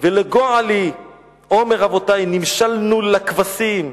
ולגועל לי אומר אבותי: נמשלנו לכבשים...